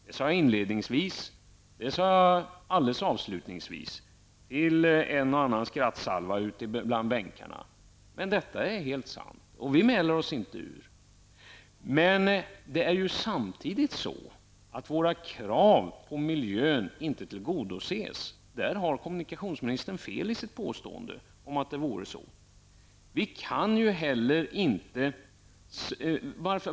Jag sade det inledningsvis, och jag sade det alldeles avslutningsvis till en och annan skrattsalva ute bland bänkarna. Men detta är helt sant; vi mäler oss inte ur. Men samtidigt är det på det sättet att våra krav på miljön inte tillgodoses. Kommunikationsministern har där fel i sitt påstående att det är så.